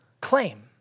claim